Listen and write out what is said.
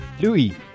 Louis